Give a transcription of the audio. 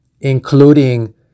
including